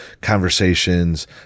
conversations